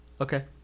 Okay